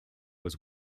was